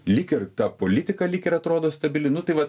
lyg ir ta politika lyg ir atrodo stabili nu tai va